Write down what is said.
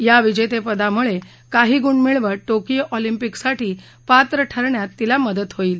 या विजेते पदामुळे काही गुण मिळवत टोकियो ऑलिम्पकसाठी पात्र ठरण्यात तिला मदत होईल